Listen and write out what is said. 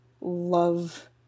love